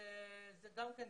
אנחנו לא מדברים על זה.